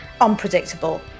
unpredictable